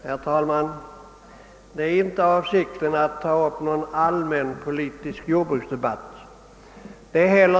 Herr talman! Det är inte min avsikt att ta upp någon allmänpolitisk jordbruksdebatt vid detta tillfälle.